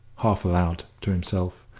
half aloud, to himself,